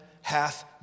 hath